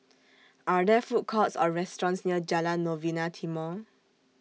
Are There Food Courts Or restaurants near Jalan Novena Timor